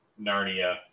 Narnia